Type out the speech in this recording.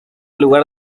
lugar